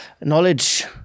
knowledge